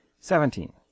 seventeen